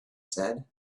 said